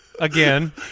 Again